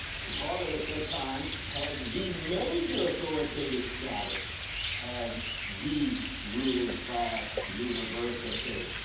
because harvard at that time has the major authoritative status as the ruling class university.